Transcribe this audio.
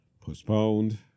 postponed